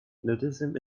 nudism